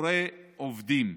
בפיטורי עובדים.